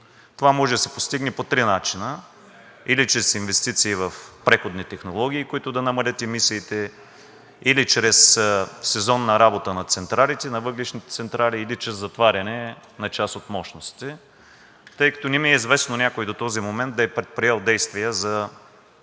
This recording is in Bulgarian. Това може да се постигне по три начина – или чрез инвестиции в преходни технологии, които да намалят емисиите, или чрез сезонна работа на въглищните централи, или чрез затваряне на част от мощностите. Тъй като не ми е известно някой до този момент да е предприел действия за